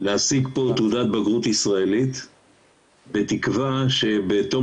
להשיג פה תעודת בגרות ישראלית בתקווה שבתום